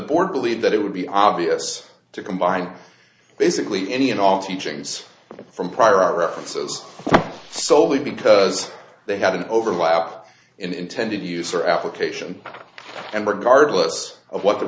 board believed that it would be obvious to combine basically any and all teachings from prior art references soley because they had an overlap in intended use or application and regardless of what the